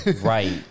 Right